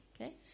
Okay